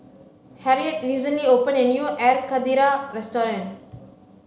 harriet recently opened a new air karthira restaurant